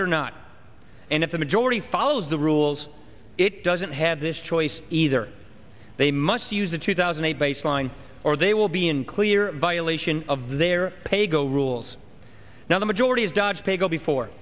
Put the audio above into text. it or not and if the majority follows the rules it doesn't have this choice either they must use the two thousand a baseline or they will be in clear violation of their pay go rules now the majority is dodge pay go before